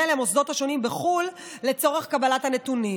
למוסדות השונים בחו"ל לצורך קבלת הנתונים,